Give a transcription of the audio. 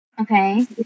Okay